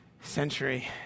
century